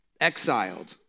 exiled